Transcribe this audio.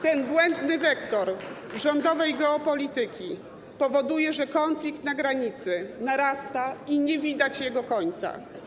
Ten błędny wektor rządowej geopolityki powoduje, że konflikt na granicy narasta i nie widać jego końca.